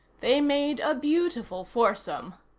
they made a beautiful foursome.